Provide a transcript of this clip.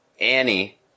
Annie